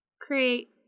Create